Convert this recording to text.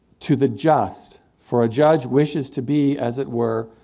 to the just, for a judge wishes to be, as it were,